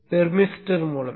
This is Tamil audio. தெர்மிஸ்டர் மூலம்